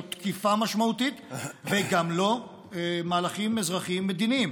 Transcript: לא תקיפה משמעותית וגם לא מהלכים אזרחיים מדיניים,